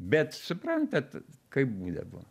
bet suprantat kaip būdavo